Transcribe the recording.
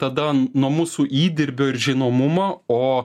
tada nuo mūsų įdirbio ir žinomumo o